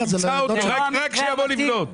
רק שיבוא לבנות.